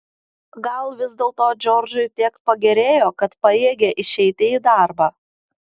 gal vis dėlto džordžui tiek pagerėjo kad pajėgė išeiti į darbą